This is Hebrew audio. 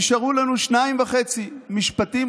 נשארו לנו שניים וחצי: משפטים,